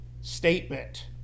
statement